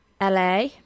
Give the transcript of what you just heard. LA